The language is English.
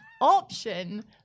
option